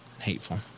hateful